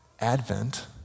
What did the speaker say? Advent